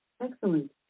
Excellent